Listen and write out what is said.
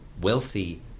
wealthy